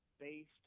based